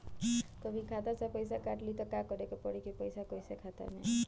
कभी खाता से पैसा काट लि त का करे के पड़ी कि पैसा कईसे खाता मे आई?